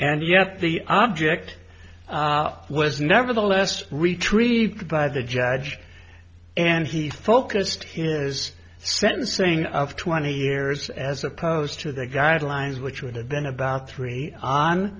and yet the object was nevertheless retrieved by the judge and he focused his sentencing of twenty years as opposed to the guidelines which would have been about three on